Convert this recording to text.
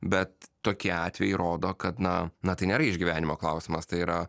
bet tokie atvejai rodo kad na na tai nėra išgyvenimo klausimas tai yra